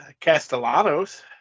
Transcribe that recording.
Castellanos